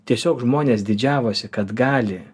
tiesiog žmonės didžiavosi kad gali